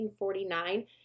1949